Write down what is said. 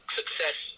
success